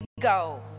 go